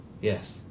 Yes